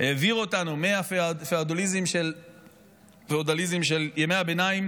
העביר אותנו מפיאודליזם של ימי הביניים